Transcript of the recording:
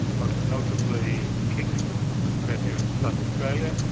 most notably kingston who was premier in south australia,